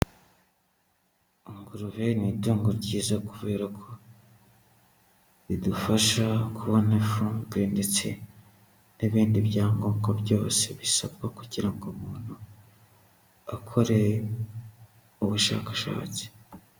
Ingurube ni itungo ryiza kubera ko ridufasha kubona ifumbire, ndetse n'ibindi byangombwa byose bisabwa kugira ngo umuntu akore ubushakashatsi.